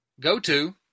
Go-to